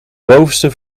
bovenste